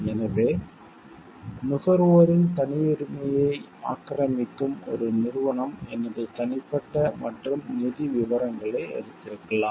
எனவே நுகர்வோரின் தனியுரிமையை ஆக்கிரமிக்கும் ஒரு நிறுவனம் எனது தனிப்பட்ட மற்றும் நிதி விவரங்களை எடுத்திருக்கலாம்